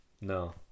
No